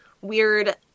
weird